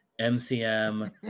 MCM